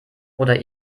oder